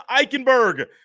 Eichenberg